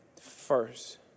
first